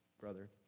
brother